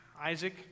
Isaac